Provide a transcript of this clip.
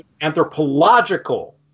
anthropological